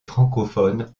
francophone